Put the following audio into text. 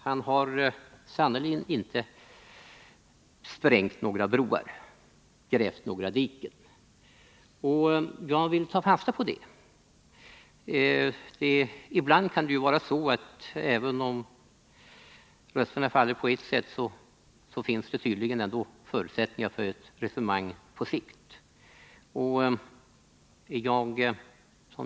Han har sannerligen inte sprängt några broar eller grävt några diken. Jag vill ta fasta på det. Även om rösterna faller på ett visst sätt, kan det finnas förutsättningar för resonemang på sikt.